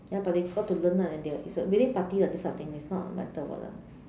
ya but they got to learn lah and they're it's a willing party this type of thing is not a matter of what lah